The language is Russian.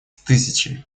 тысячи